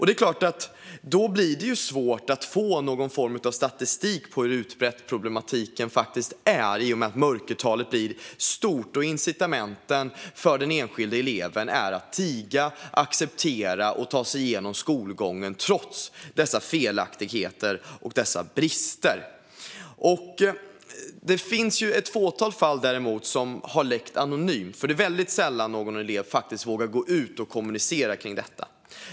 Det är klart att det blir svårt att få någon form av statistik på hur utbredd problematiken faktiskt är i och med att mörkertalet blir stort och incitamenten för den enskilda eleven är att tiga, acceptera och ta sig igenom skolgången trots dessa felaktigheter och dessa brister. Det finns ett fåtal fall som har läckt anonymt, för det är väldigt sällan någon elev vågar gå ut och kommunicera om detta.